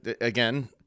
again